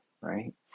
right